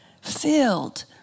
filled